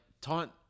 taunt